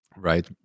Right